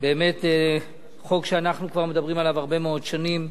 זה באמת חוק שאנחנו כבר מדברים עליו הרבה מאוד שנים,